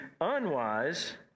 unwise